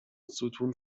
ستون